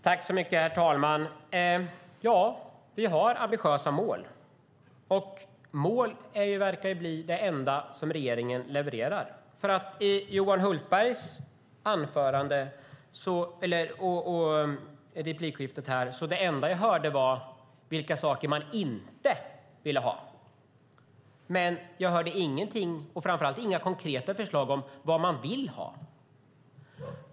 Herr talman! Ja, vi har ambitiösa mål, och mål verkar bli det enda som regeringen levererar. I repliken från Johan Hultberg var det enda jag hörde vilka saker man inte ville ha. Men jag hörde inga förslag - framför allt inga konkreta - om vad man vill ha.